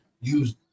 use